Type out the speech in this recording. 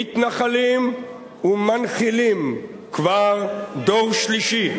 מתנחלים ומנחילים כבר לדור שלישי.